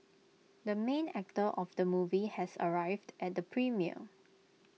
the main actor of the movie has arrived at the premiere